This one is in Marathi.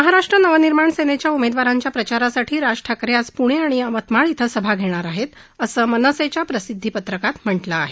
महाराष्ट्र नवनिर्माण सेनेच्या उमेदवारांच्या प्रचारासाठी राज ठाकरे आज पुणे आणि यवतमाळ इथं सभाग घेणार आहेत असं मनसेच्या प्रसिद्धीपत्रकात म्हटलं आहे